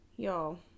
Y'all